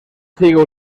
sigue